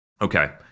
Okay